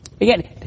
Again